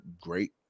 great